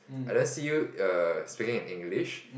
I don't see you err speaking in English